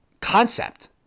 concept